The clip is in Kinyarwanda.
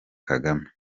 kagame